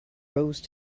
rose